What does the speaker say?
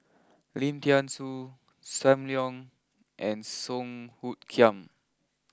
Lim Thean Soo Sam Leong and Song Hoot Kiam